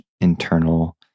internal